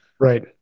Right